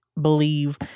believe